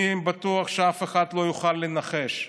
אני בטוח שאף אחד לא יוכל לנחש.